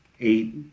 eight